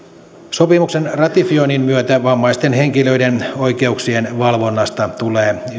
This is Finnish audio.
sopimuksen ratifioinnin myötä vammaisten henkilöiden oikeuksien valvonnasta tulee